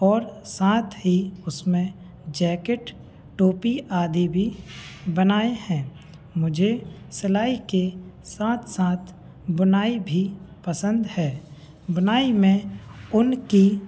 और साथ ही उसमें जैकेट टोपी आदि भी बनाए हैं मुझे सिलाई के साथ साथ बुनाई भी पसंद है बुनाई में ऊन की